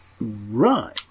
Right